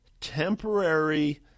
temporary